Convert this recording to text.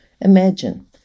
Imagine